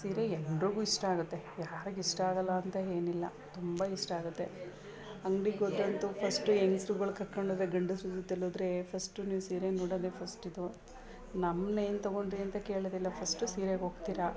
ಸೀರೆ ಎಲ್ಲರಿಗೂ ಇಷ್ಟ ಆಗುತ್ತೆ ಯಾರಿಗಿಷ್ಟ ಆಗೋಲ್ಲ ಅಂತ ಏನಿಲ್ಲ ತುಂಬ ಇಷ್ಟ ಆಗುತ್ತೆ ಅಂಗಡಿಗ್ಹೋದ್ರಂತು ಫಸ್ಟು ಹೆಂಗಸ್ರುಗಳ್ ಕರ್ಕೊಂಡೋದ್ರೆ ಗಂಡಸ್ರು ಜೊತೆಲ್ಹೋದ್ರೆ ಫಸ್ಟು ನೀವು ಸೀರೆ ನೋಡೋದೆ ಫಸ್ಟಿದು ನಮ್ನೇನು ತಗೊಂಡಿರಿ ಅಂತ ಕೇಳೋದಿಲ್ಲ ಫಸ್ಟು ಸೀರೆಗ್ಹೋಗ್ತೀರ